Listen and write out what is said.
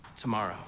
tomorrow